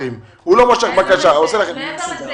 מעבר לזה